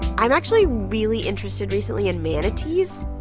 i'm actually really interested recently in manatees.